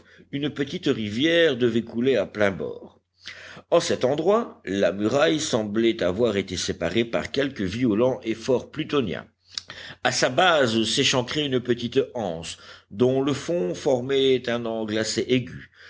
une petite rivière devait couler à pleins bords en cet endroit la muraille semblait avoir été séparée par quelque violent effort plutonien à sa base s'échancrait une petite anse dont le fond formait un angle assez aigu